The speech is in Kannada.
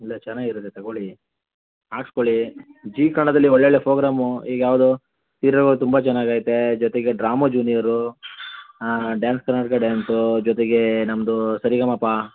ಇಲ್ಲ ಚೆನ್ನಾಗಿರುತ್ತೆ ತಗೊಳ್ಳಿ ಹಾಕ್ಸ್ಕೊಳ್ಳಿ ಜೀ ಕನ್ನಡದಲ್ಲಿ ಒಳ್ಳೊಳ್ಳೆಯ ಫೋಗ್ರಾಮು ಈಗ ಯಾವುದು ಸೀರ್ಯಲ್ಗಳು ತುಂಬ ಚೆನ್ನಾಗೈತೆ ಜೊತೆಗೆ drama junior dance Karnataka dance ಜೊತೆಗೆ ನಮ್ಮದು ಸರಿಗಮಪ